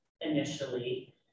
initially